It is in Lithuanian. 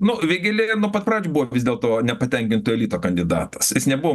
nu vėgėlė nuo pat pradžių buvo vis dėlto nepatenkinto elito kandidatas jis nebuvo